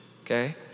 okay